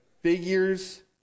Figures